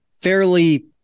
fairly